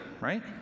right